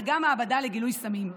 וגם מעבדה לגילוי סמים.